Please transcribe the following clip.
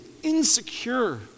Insecure